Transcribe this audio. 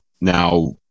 Now